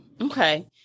Okay